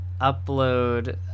upload